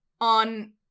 on